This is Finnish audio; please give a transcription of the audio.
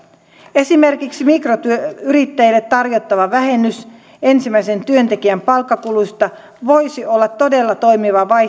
esimerkiksi mikroyrittäjille tarjottava vähennys ensimmäisen työntekijän palkkakuluista voisi olla todella toimiva